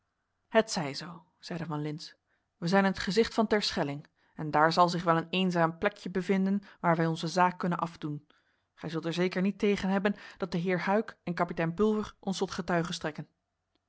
het zij zoo zeide van lintz wij zijn in t gezicht van terschelling en daar zal zich wel een eenzaam plekje bevinden waar wij onze zaak kunnen afdoen gij zult er zeker niet tegen hebben dat de heer huyck en kapitein pulver ons tot getuigen strekken